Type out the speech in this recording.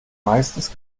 meistens